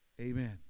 amen